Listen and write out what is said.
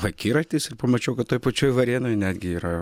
akiratis ir pamačiau kad toj pačioj varėnoj netgi yra